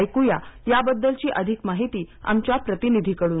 ऐक्या याबद्दलची अधिक माहिती आमच्या प्रतिनिधींकडून